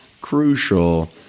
crucial